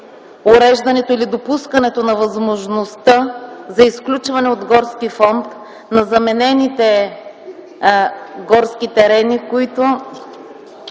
на § 3 – допускането на възможността за изключване от горския фонд на заменените горски терени, които